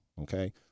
Okay